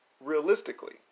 realistically